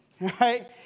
right